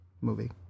movie